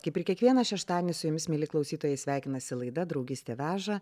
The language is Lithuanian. kaip ir kiekvieną šeštadienį su jumis mieli klausytojai sveikinasi laida draugystė veža